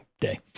day